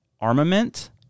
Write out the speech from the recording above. armament